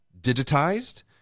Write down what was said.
digitized